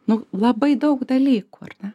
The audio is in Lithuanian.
nu labai daug dalykų ar ne